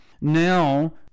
now